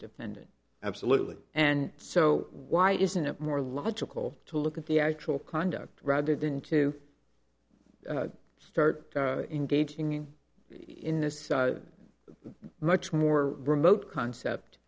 pendent absolutely and so why isn't it more logical to look at the actual conduct rather than to start engaging in this side much more remote concept